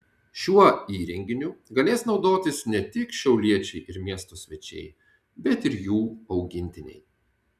šiuo įrenginiu galės naudotis ne tik šiauliečiai ir miesto svečiai bet ir jų augintiniai